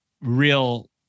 real